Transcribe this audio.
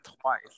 Twice